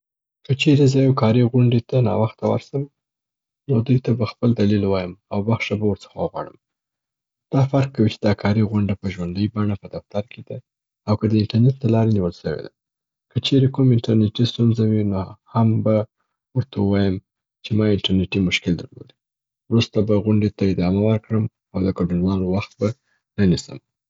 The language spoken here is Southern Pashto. که چیري زه یو کاري غونډي ته ناوخته ورسم، نو دوی ته به خپل دلیل ووایم او بخښه به ور څخه وغواړم. دا فرق کوي چې دا کاری غونډه په ژوندی بڼه په دفتر کي ده او که د انټرنیټ د لارې نیول سوې ده. که چیري کوم انټرنیټي ستونزه وي نو هم به ورته ووایم چې ما انټرنیټي مشکل درلودی. وروسته به غونډي ته ادامه ورکړم او د ګډونوالو وخت به نه نیسم.